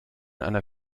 einer